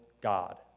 God